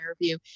interview